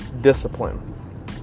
discipline